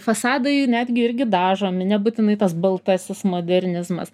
fasadai netgi irgi dažomi nebūtinai tas baltasis modernizmas